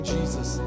Jesus